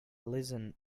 listen